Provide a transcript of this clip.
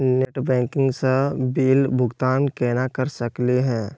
Net banking स bill भुगतान केना कर सकली हे?